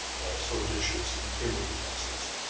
also dishes and table utensils.